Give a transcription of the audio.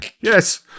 yes